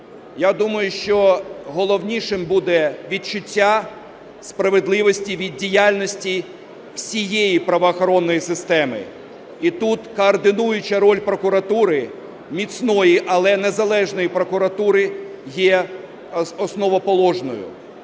я думаю, що головнішим буде відчуття справедливості від діяльності всієї правоохоронної системи. І тут координуюча роль прокуратури, міцної, але незалежної прокуратури, є основоположною.